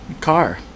car